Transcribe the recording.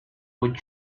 would